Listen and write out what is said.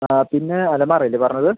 ആ പിന്നെ അലമാര അല്ലെ പറഞ്ഞത്